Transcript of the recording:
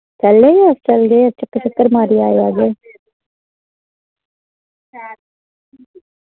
चलने अस चलगे चक्कर शक्कर मारी आए आह्गे